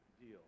deal